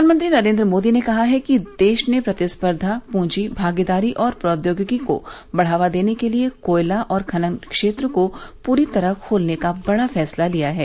प्रधानमंत्री नरेन्द्र मोदी ने कहा है कि देश ने प्रतिसर्घा पूंजी भागीदारी और प्रौद्योगिकी को बढ़ावा देने के लिए कोयला और खनन क्षेत्र को पूरी तरह खोलने का बड़ा फैसला लिया है